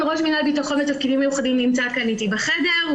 ראש מינהל ביטחון לתפקידים מיוחדים נמצא כאן איתי בחדר,